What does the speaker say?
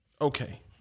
Okay